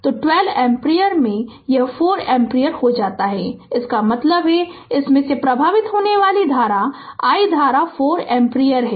तो 12 एम्पीयर में तो यह 4 एम्पीयर हो जाता है इसका मतलब है कि इसमें से प्रवाहित होने वाली यह i धारा 4 एम्पीयर है